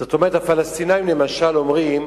זאת אומרת, הפלסטינים למשל אומרים,